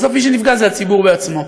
בסוף מי שנפגע זה הציבור עצמו.